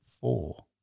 four